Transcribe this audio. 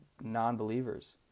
non-believers